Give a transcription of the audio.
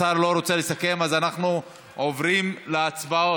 השר לא רוצה לסכם, אז אנחנו עוברים להצבעות.